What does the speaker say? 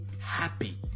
happy